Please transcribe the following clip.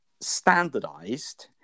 standardized